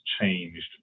changed